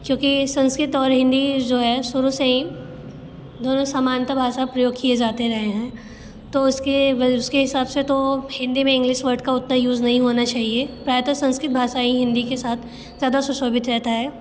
क्योंकि संस्कृत और हिन्दी जो है शुरू से ही दोनों सामानता भाषा में प्रयोग किए जाते रहे हैं तो उसके उसके हिसाब से तो हिन्दी में इंग्लिस वर्ड का उतना यूज़ नहीं होना चाहिए प्रायतह संस्कृत भाषा ही हिन्दी के साथ ज़्यादा सुशोभित रहती है